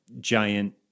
giant